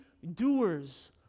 doers